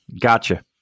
Gotcha